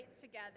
together